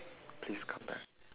please come back